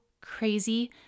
crazy